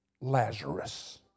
Lazarus